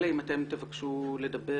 אלא אם אתם תבקשו לדבר,